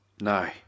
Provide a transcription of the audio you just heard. no